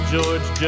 George